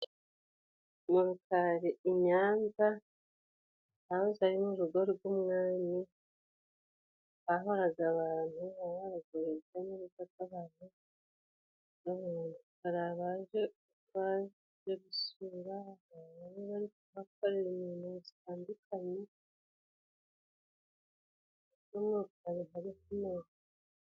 Mu rukari iyanza hahoze ari mu rugo rw'umwami, hahoraga abantu hahoraga urujya n'uruza rw'abantu hari abaje gusura, ndetse nabaje gukora imirimo igiye itandukanye.